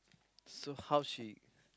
so how she